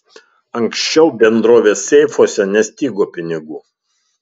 anksčiau bendrovės seifuose nestigo pinigų